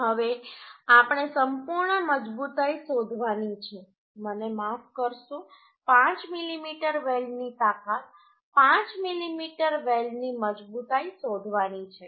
હવે આપણે સંપૂર્ણ મજબૂતાઈ શોધવાની છે મને માફ કરશો 5 મીમી વેલ્ડની તાકાત 5 મીમી વેલ્ડની મજબૂતાઈ શોધવાની છે